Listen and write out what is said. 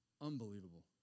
Unbelievable